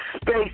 Space